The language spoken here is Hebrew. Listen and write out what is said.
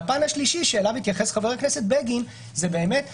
והפן השלישי שאליו התייחס חבר הכנסת בגין זה באמת כזכות-יסוד,